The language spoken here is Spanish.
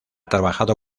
trabajado